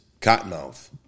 Cottonmouth